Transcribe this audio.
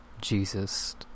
Jesus